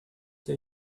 day